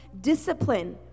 discipline